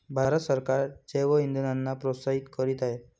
भारत सरकार जैवइंधनांना प्रोत्साहित करीत आहे